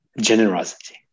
Generosity